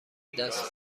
دست